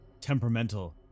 Temperamental